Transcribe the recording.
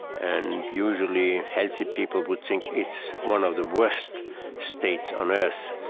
and usually healthy people would think it's one of the worst states on earth.